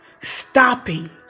stopping